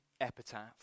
epitaph